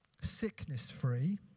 sickness-free